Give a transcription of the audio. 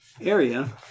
area